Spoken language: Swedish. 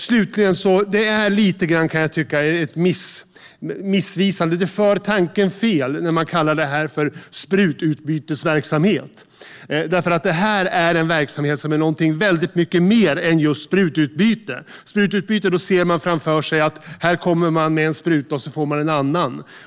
Slutligen tycker jag att det är lite missvisande och för tanken fel att kalla det här för sprututbytesverksamhet. Det här är nämligen en verksamhet som är någonting väldigt mycket mer än just sprututbyte. När man hör ordet "sprututbyte" ser man framför sig att här kommer man med en spruta och så får man en annan spruta.